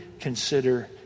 consider